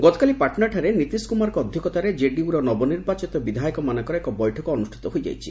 ଗତକାଲି ପାଟନାଠାରେ ନୀତିଶ କୁମାରଙ୍କ ଅଧ୍ୟକ୍ଷତାରେ ଜେଡିୟୁର ନବନିର୍ବାଚିତ ବିଧାୟକମାନଙ୍କର ଏକ ବୈଠକ ଅନୁଷ୍ଠିତ ହୋଇଯାଇଛି